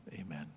Amen